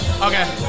Okay